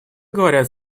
говорят